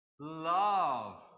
Love